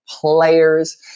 players